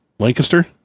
Lancaster